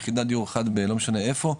יחידת דיור אחת בלא משנה איפה,